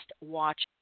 watch